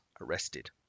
arrested